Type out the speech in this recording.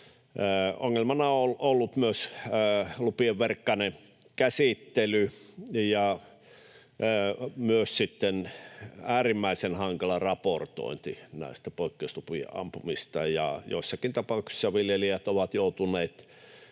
Ongelmana on ollut myös lupien verkkainen käsittely ja myös äärimmäisen hankala raportointi näistä poikkeuslupien ampumisista, ja joissakin tapauksissa viljelijät ovat joutuneet